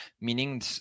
meaning